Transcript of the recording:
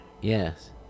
Yes